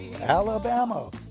Alabama